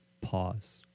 Pause